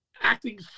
acting